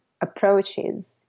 approaches